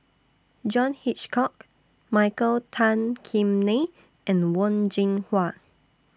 John Hitchcock Michael Tan Kim Nei and Wen Jinhua